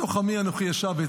בתוך עמי אנוכי יושב,